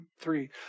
three